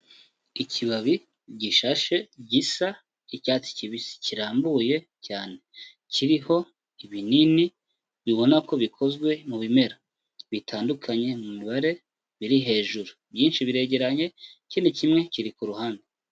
Ikibabi gishashe gisa icyatsi kibisi kirambuye cyane, kiriho ibinini ubona ko bikozwe mu bimera bitandukanye mu mibare biri hejuru, byinshi biregeranye, ikindi kimwe kiri ku ruhande.